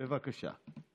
בבקשה.